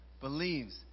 believes